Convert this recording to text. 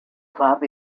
club